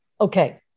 Okay